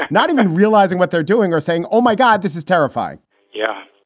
not even realizing what they're doing or saying, oh, my god, this is terrifying yeah,